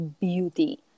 beauty